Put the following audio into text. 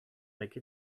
make